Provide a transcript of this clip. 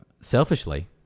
Selfishly